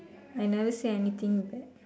I never say anything bad